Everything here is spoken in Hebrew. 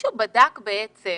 מישהו בדק, בעצם,